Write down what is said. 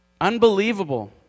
Unbelievable